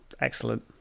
Excellent